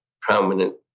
prominent